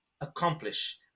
accomplish